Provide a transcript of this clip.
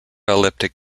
elliptic